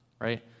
right